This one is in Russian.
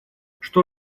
что